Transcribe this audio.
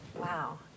Wow